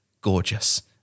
gorgeous